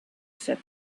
said